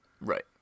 Right